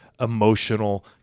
emotional